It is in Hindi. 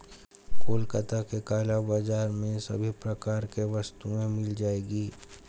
कोलकाता के काला बाजार में सभी प्रकार की वस्तुएं मिल जाएगी